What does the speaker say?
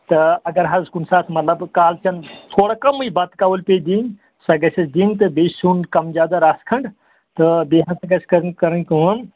تہٕ اگر حظ کُنہِ ساتہٕ مطلب کُنہِ کالچٮ۪ن تھوڑا کَمٕے بَتہٕ کَوٕلۍ پیٚیی دِنۍ سۄ گژھس دِنۍ تہٕ بیٚیہِ سیُٚن کَم زیادہ رَژھ کھٔنٛڈ تہٕ بیٚیہِ ہَسا گژھِ کَرٕنۍ کَرٕنۍ کٲم